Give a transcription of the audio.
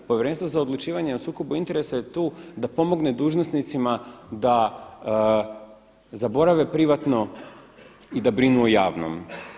Povjerenstvo za odlučivanje o sukobu interesa je tu da pomogne dužnosnicima da zaborave privatno i da brinu o javnom.